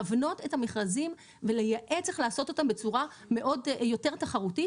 להבנות את המכרזים ולייעץ איך לעשות אותם בצורה יותר תחרותית.